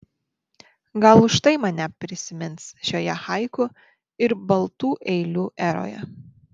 gal už tai mane prisimins šioje haiku ir baltų eilių eroje